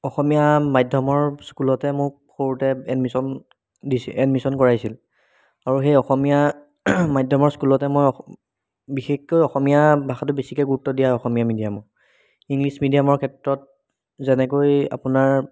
অসমীয়া মাধ্যমৰ স্কুলতে মোক সৰুতে এডমিশ্যন দিছে এডমিশ্যন কৰাইছিল আৰু সেই অসমীয়া মাধ্যমৰ স্কুলতে মই বিশেষকৈ অসমীয়া ভাষাটো বেছিকৈ গুৰুত্ব দিয়া হয় অসমীয়া মিডিয়ামত ইংলিছ মিডিয়ামৰ ক্ষেত্ৰত যেনেকৈ আপোনাৰ